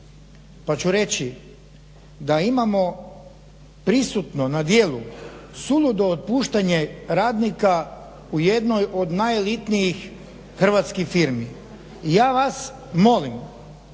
pa ću reći da imamo prisutno na djelu suludo otpuštanje radnika u jednoj od najelitnijih hrvatskih firmi. I ja vas molim